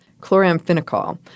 chloramphenicol